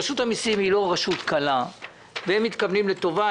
רשות המסים היא לא רשות קלה והם מתכוונים לטובה,